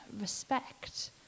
respect